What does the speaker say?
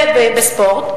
ובספורט,